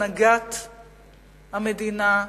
הנהגת המדינה,